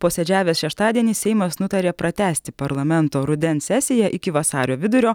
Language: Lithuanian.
posėdžiavęs šeštadienį seimas nutarė pratęsti parlamento rudens sesiją iki vasario vidurio